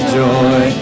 joy